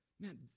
Man